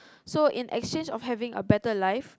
so in exchange of having a better life